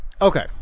Okay